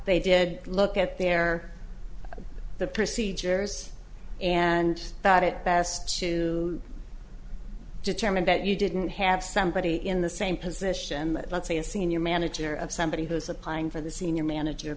they did look at their the procedures and thought it best to determine that you didn't have somebody in the same position let's say a senior manager of somebody who is applying for the senior manager